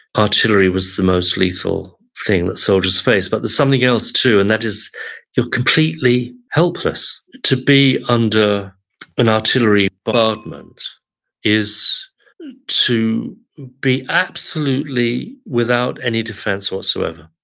artillery was the most lethal thing that soldiers faced. but there's something else too, and that is you're completely helpless. to be under an artillery bombardment is to be absolutely without any defense whatsoever.